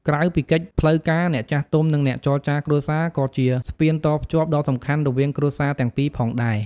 ក្រៅពីកិច្ចផ្លូវការ អ្នកចាស់ទុំ និងអ្នកចរចារគ្រួសារ ក៏ជា ស្ពានតភ្ជាប់ដ៏សំខាន់ រវាងគ្រួសារទាំងពីរផងដែរ។